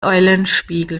eulenspiegel